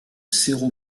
cerro